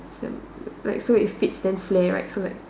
Sam like so it fits then flare right so like